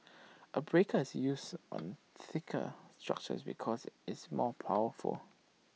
A breaker is used on thicker structures because it's more powerful